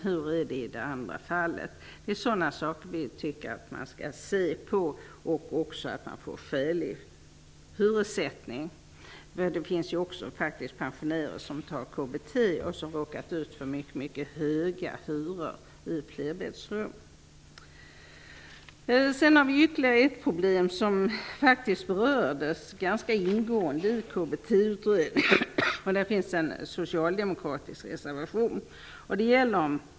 Vi tycker att man skall överväga sådana saker och även vad som i sådana fall är en skälig hyressättning. Det finns pensionärer med KBT vilka har drabbats av mycket höga hyror för flerbäddsrum. Ytterligare ett problem, som berördes ganska ingående i KBT-utredningen, har föranlett en socialdemokratisk reservation.